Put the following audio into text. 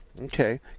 Okay